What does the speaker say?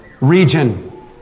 region